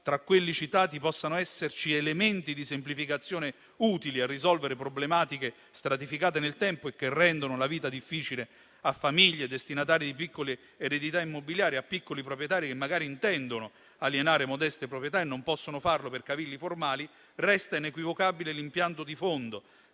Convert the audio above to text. tra quelli citati possano esserci elementi di semplificazione utili a risolvere problematiche stratificate nel tempo e che rendono la vita difficile a famiglie destinatarie di piccole eredità immobiliari e a piccoli proprietari che magari intendono alienare modeste proprietà e non possono farlo per cavilli formali, resta inequivocabile l'impianto di fondo